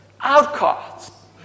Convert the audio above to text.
outcasts